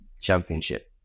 championship